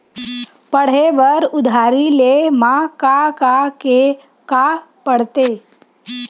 पढ़े बर उधारी ले मा का का के का पढ़ते?